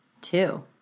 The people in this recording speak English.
two